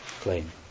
claim